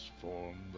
form